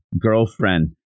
girlfriend